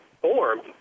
formed